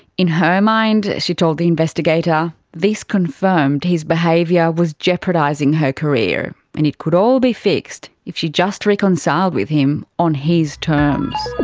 in her mind, she told the investigator, this confirmed his behaviour was jeopardising her career and it could all be fixed if she just reconciled with him on his terms.